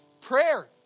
prayer